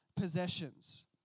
possessions